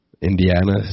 Indiana